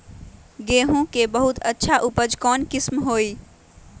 गेंहू के बहुत अच्छा उपज कौन किस्म होई?